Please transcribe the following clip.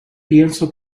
pienso